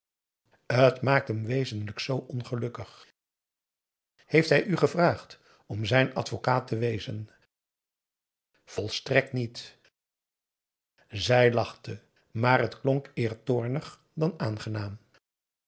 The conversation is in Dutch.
het maakt hem wezenlijk zoo ongelukkig heeft hij u gevraagd om zijn advocaat te wezen volstrekt niet zij lachte maar het klonk eer toornig dan aangenaam